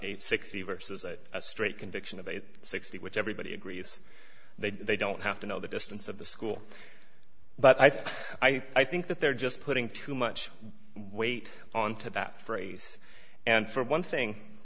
the sixty versus a straight conviction of a sixty which everybody agrees they they don't have to know the distance of the school but i think i think that they're just putting too much weight on to that phrase and for one thing